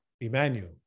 Emmanuel